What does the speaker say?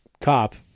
cop